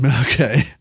Okay